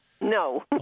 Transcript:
No